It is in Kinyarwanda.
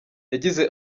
yagize